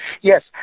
Yes